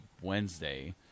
Wednesday